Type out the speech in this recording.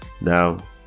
Now